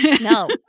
No